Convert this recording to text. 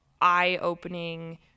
eye-opening